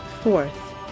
Fourth